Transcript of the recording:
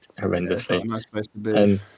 horrendously